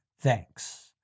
thanks